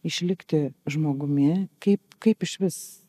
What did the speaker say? išlikti žmogumi kaip kaip išvis